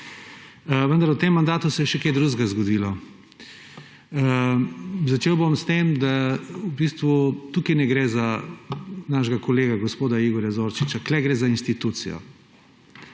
v tem mandatu se je še kaj drugega zgodilo. Začel bom s tem, da v bistvu tukaj ne gre za našega kolega gospoda Igorja Zorčiča, tukaj gre za institucijo.